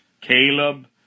Caleb